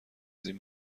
این